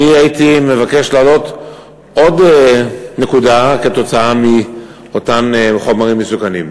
אני הייתי מבקש להעלות עוד נקודה כתוצאה מאותם חומרים מסוכנים: